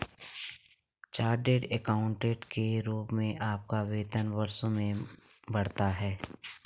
chartered accountant के रूप में आपका वेतन वर्षों में बढ़ता है